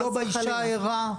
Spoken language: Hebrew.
לא באישה ההרה,